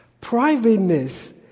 Privateness